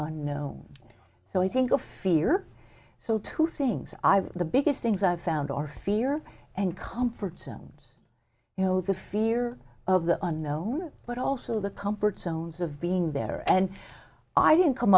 unknown so i think of fear so two things i have the biggest things i've found are fear and comfort zones you know the fear of the unknown but also the comfort zones of being there and i didn't come